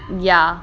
ya